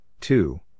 two